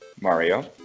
Mario